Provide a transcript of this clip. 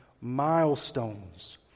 milestones